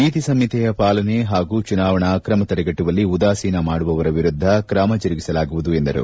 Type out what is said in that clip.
ನೀತಿ ಸಂಹಿತೆಯ ಪಾಲನೆ ಹಾಗೂ ಚುನಾವಣಾ ಆಕ್ರಮ ತಡೆಗಟ್ಟುವಲ್ಲಿ ಉದಾಸೀನ ಮಾಡುವವರ ವಿರುದ್ದ ತ್ರಮ ಜರುಗಿಸಲಾಗುವುದು ಎಂದರು